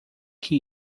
que